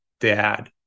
dad